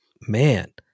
man